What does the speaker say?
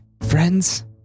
friends